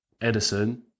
Edison